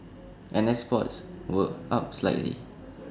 and exports were up slightly